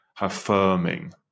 affirming